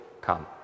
come